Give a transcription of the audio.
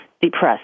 depressed